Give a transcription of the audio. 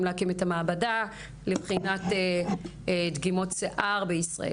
להקים את המעבדה לבחינת דגימות שיער בישראל.